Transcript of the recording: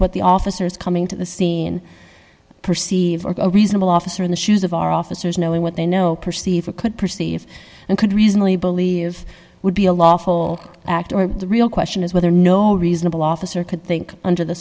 what the officers coming to the scene perceive or a reasonable officer in the shoes of our officers knowing what they know perceive could perceive and could reasonably believe would be a lawful act or the real question is whether no reasonable officer could think under the